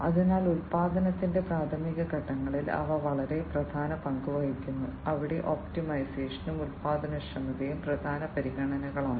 അതിനാൽ ഉൽപ്പാദനത്തിന്റെ പ്രാഥമിക ഘട്ടങ്ങളിൽ അവ വളരെ പ്രധാന പങ്ക് വഹിക്കുന്നു അവിടെ ഒപ്റ്റിമൈസേഷനും ഉൽപ്പാദനക്ഷമതയും പ്രധാന പരിഗണനകളാണ്